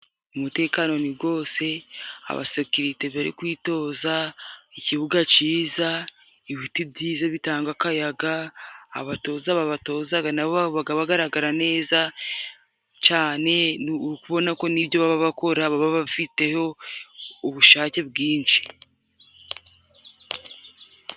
Umutekano ni wose, abasekirite bari kwitoza, ikibuga cyiza, ibiti byiza bitanga akayaga, abatoza babatoza nabo baba bagaragara neza cyane, uri ukubona ko n'ibyo baba bakora baba bafiteho ubushake bwinshi.